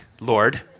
Lord